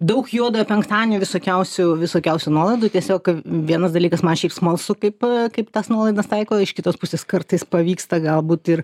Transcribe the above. daug juodojo penktadienio visokiausių visokiausių nuolaidų tiesiog vienas dalykas man šiaip smalsu kaip kaip tas nuolaidas taiko iš kitos pusės kartais pavyksta galbūt ir